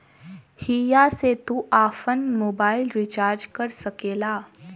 हिया से तू आफन मोबाइल रीचार्ज कर सकेला